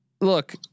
look